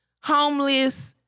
homeless